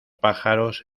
pájaros